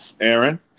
Aaron